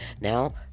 now